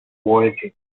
voyages